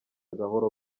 gahoro